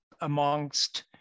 amongst